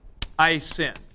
isin